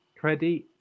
Credit